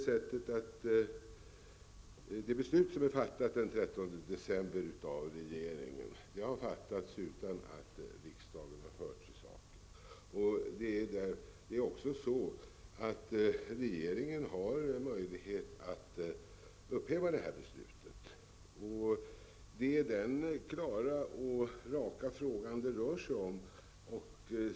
Det beslut som fattades den 13 december av regeringen har fattats utan att riksdagen har hörts i saken. Regeringen har möjlighet att upphäva det här beslutet. Det är den klara och raka frågan det rör sig om.